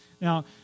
Now